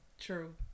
True